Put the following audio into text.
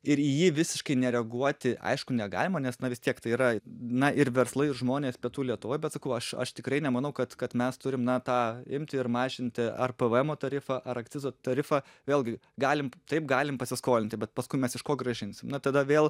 ir į jį visiškai nereaguoti aišku negalima nes na vis tiek tai yra na ir verslai ir žmonės pietų lietuvoj bet sakau aš aš tikrai nemanau kad kad mes turim na tą imt ir mažinti ar pv emo tarifą ar akcizo tarifą vėlgi galim taip galim pasiskolinti bet paskui mes iš ko grąžinsim na tada vėl